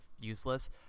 useless